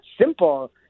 simple